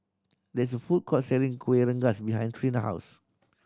there is a food court selling Kueh Rengas behind Trina house